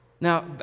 Now